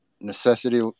necessity